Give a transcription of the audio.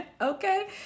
Okay